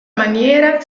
maniera